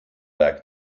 back